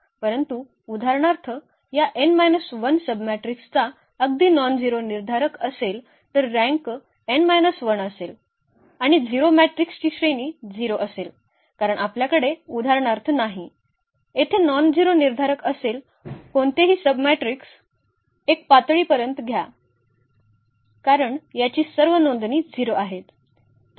परंतु उदाहरणार्थ या n 1 सबमेट्रिक्स चा अगदी नॉनझेरो निर्धारक असेल तर रँक n 1 असेल आणि 0 मॅट्रिक्सची श्रेणी 0 असेल कारण आपल्याकडे उदाहरणार्थ नाही येथे नॉनझेरो निर्धारक असलेले कोणतेही सबमेट्रिक्स 1 पातळी पर्यंत घ्या कारण याची सर्व नोंदणी 0 आहेत